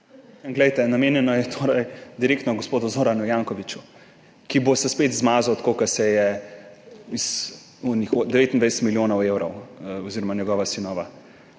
SDS):** Namenjeno je torej direktno gospodu Zoranu Jankoviću, ki se bo spet izmazal, tako kot se je iz tistih 29 milijonov evrov, oziroma njegova sinova.